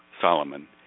Solomon